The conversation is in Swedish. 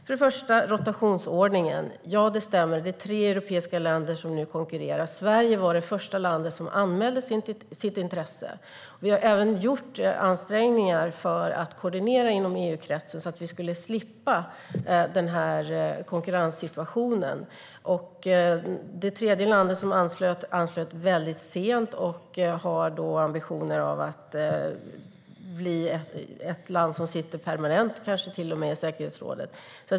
När det gäller rotationsordningen stämmer det att det är tre europeiska länder som nu konkurrerar. Sverige var det första landet som anmälde sitt intresse. Vi har även gjort ansträngningar för att koordinera inom EU-kretsen, så att vi skulle slippa den här konkurrenssituationen. Det tredje landet som anslöt sig gjorde det väldigt sent och har ambitionen att bli ett land som kanske till och med sitter permanent i säkerhetsrådet.